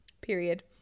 period